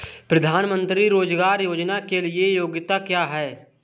प्रधानमंत्री रोज़गार योजना के लिए योग्यता क्या है?